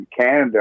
Canada